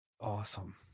awesome